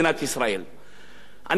אני גם מתפלא, איך יכול להיות,